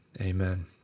amen